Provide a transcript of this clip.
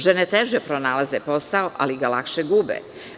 Žene teže pronalaze posao, ali ga lakše gube.